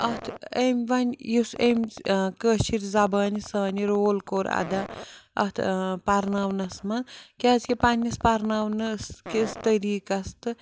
اَتھ أمۍ وۄنۍ یُس أمِس کٲشٕر زبانہِ سانہِ رول کوٚر اَدا اَتھ پَرناونَس منٛز کیٛازِکہِ پنٛنِس پَرناونَس کِس طٔریٖقَس تہٕ